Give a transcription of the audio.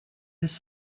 his